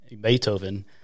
Beethoven